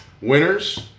winners